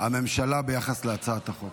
הממשלה ביחס להצעת החוק.